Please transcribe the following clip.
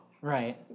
Right